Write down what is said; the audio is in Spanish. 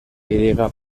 griega